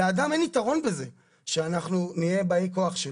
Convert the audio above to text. לאדם אין יתרון בזה שאנחנו נהיה באי כוח שלו.